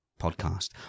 podcast